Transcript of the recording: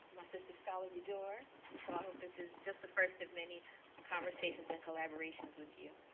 my sister scholar bedour. and so i hope this is just the first of many conversations and collaborations with you.